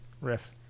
riff